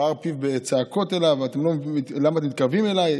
פער את פיו בצעקות אליו: למה אתם מתקרבים אליי?